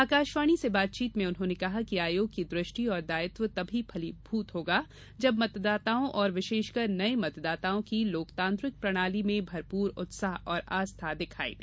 आकाशवाणी से बातचीत में उन्होंने कहा कि आयोग की दृष्टि और दायित्व तभी फलीभूत होगा जब मतदाताओं और विशेषकर नये मतदाताओं की लोकतांत्रिक प्रणाली में भरपूर उत्साह और आस्था दिखाई दे